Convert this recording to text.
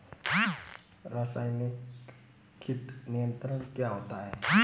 रसायनिक कीट नियंत्रण क्या होता है?